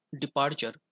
departure